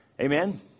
Amen